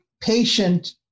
patient